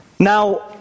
Now